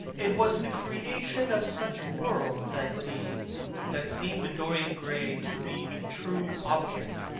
it was the creation of such worlds as these that seemed to dorian gray to be the true object,